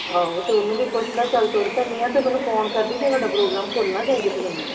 ਆਹੋ ਤਾਂ ਉਹਨੂੰ ਵੀ ਪੁੱਛ ਲਾ ਚੱਲ ਤੁਰ ਪੈਂਦੀਆਂ ਤਾਂ ਮੈਨੂੰ ਫੋਨ ਕਰਦੀ ਜੇ ਤੁਹਾਡਾ ਪ੍ਰੋਗਰਾਮ ਭੁੱਲ ਨਾ ਜਾਈਂ ਕਿਤੇ ਮੈਨੂੰ